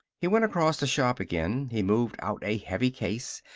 he went across the shop again. he moved out a heavy case,